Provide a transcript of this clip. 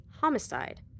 homicide